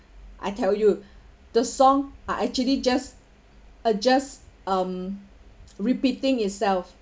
I tell you the songs are actually just are just um repeating itself